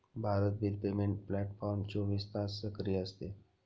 Bharat bill payment platform चोवीस तास सक्रिय असते